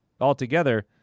altogether